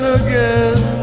again